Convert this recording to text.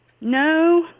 no